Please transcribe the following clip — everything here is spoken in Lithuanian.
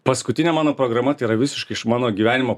paskutinė mano programa tai yra visiškai iš mano gyvenimo